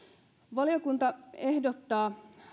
valiokunta ehdottaa